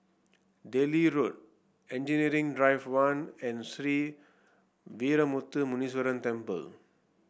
Delhi Road Engineering Drive One and Sree Veeramuthu Muneeswaran Temple